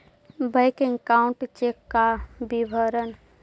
Bank account check का विवरण?